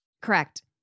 Correct